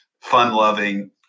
fun-loving